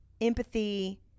empathy